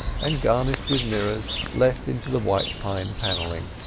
and garnished with mirrors let into the white pine panelling.